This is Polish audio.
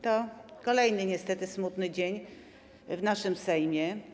To kolejny niestety smutny dzień w naszym Sejmie.